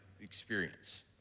experience